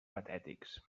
patètics